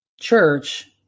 church